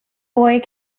boy